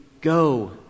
go